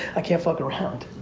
i can't fuck around.